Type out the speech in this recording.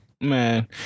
man